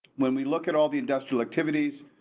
when we look at all the industrial activities,